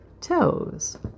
toes